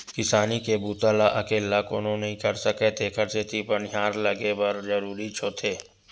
किसानी के बूता ल अकेल्ला कोनो नइ कर सकय तेखर सेती बनिहार लगये बर जरूरीच होथे